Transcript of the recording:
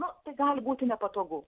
nu tai gali būti nepatogu